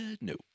No